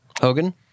Hogan